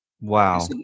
Wow